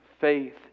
faith